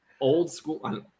Old-school